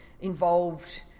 involved